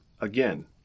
again